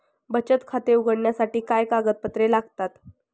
बचत खाते उघडण्यासाठी काय कागदपत्रे लागतात?